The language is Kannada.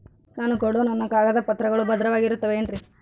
ನಾನು ಕೊಡೋ ನನ್ನ ಕಾಗದ ಪತ್ರಗಳು ಭದ್ರವಾಗಿರುತ್ತವೆ ಏನ್ರಿ?